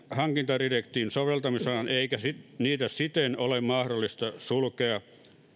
hankintadirektiivin soveltamisalaan eikä niitä siten ole mahdollista sulkea